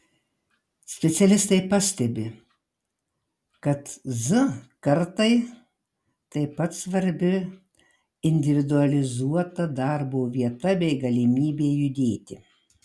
specialistai pastebi kad z kartai taip pat svarbi individualizuota darbo vieta bei galimybė judėti